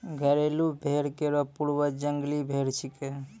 घरेलू भेड़ केरो पूर्वज जंगली भेड़ छिकै